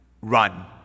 run